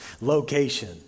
location